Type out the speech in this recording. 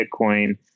Bitcoin